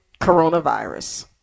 coronavirus